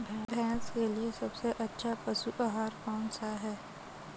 भैंस के लिए सबसे अच्छा पशु आहार कौनसा है?